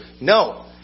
No